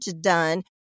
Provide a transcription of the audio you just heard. done